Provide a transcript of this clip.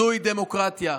זוהי דמוקרטיה.